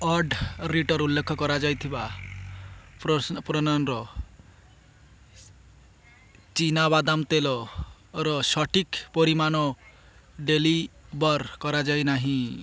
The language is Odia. ଅର୍ଡ଼ର୍ଟିରେ ଉଲ୍ଲେଖ କରାଯାଇଥିବା ପ୍ରୋ ନେଚର୍ ଚୀନାବାଦାମ ତେଲର ସଠିକ୍ ପରିମାଣ ଡେଲିଭର୍ କରାଯାଇ ନାହିଁ